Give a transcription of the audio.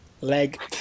Leg